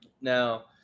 Now